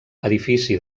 edifici